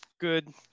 good